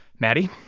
maddie,